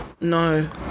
No